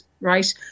right